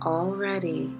Already